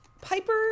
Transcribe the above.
Piper